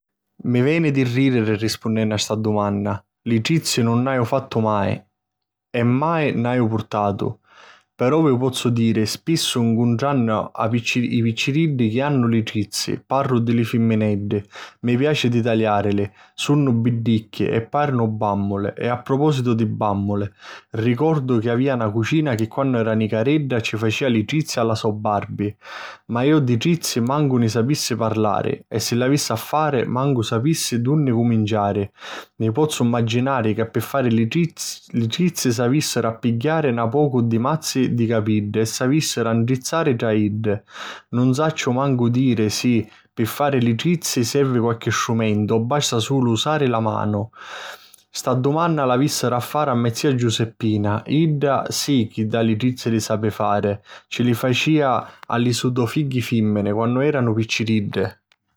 Mi veni di rìdiri rispunnennu a sta dumanna. Li trizzi nun nn'haju fattu mai; e mai nn'haju purtatu. Però vi pozzu diri, spissu ncuntrannu a... i picciriddi chi hannu li trizzi, parru di li fimmineddi, mi piaci di taliàrili, sunnu biddicchi, e pàrinu bàmmuli. E a propòsitu di bàmmuli, ricordu chi avìa na cucina chi quannu era nicaredda, ci facìa li trizzi a la so Barbi. Ma iu di trizzi mancu nni sapissi parrari. E si l'avissi a fari, mancu sapissi di dunni cuminciari. Mi pozzu mmaginari ca pi fari li trizzi s'avìssiru a pigghiari na pocu di mazzi di capiddi e s'avìssiru a ntrizzari tra iddi. Nun vi sacciu mancu diri si, pi fari li trizzi, servi qualchi strumentu o basta sulu usari la manu. Sta dumanna l'avìssivu a fari a me zia Giuseppina; idda sì da li trizzi li sapi fari: ci li facìa a li so' du' figghi fìmmini quannu èranu picciriddi!